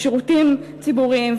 לשירותים ציבוריים,